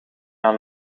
aan